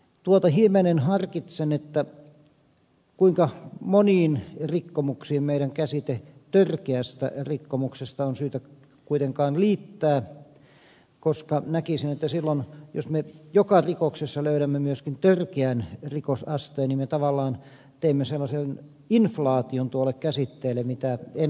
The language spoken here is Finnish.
tuota hivenen harkitsen kuinka moniin rikkomuksiin törkeän rikkomuksen käsite meidän on syytä kuitenkaan liittää koska näkisin että silloin jos me joka rikoksesta löydämme myöskin törkeän rikosasteen me tavallaan teemme inflaation tuolle käsitteelle mitä en haluaisi